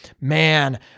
man